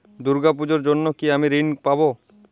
দুর্গা পুজোর জন্য কি আমি ঋণ পাবো?